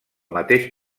mateix